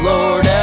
Lord